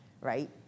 right